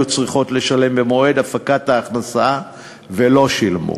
צריכות לשלם במועד הפקת ההכנסה ולא שילמו.